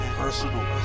personal